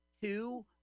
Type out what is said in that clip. two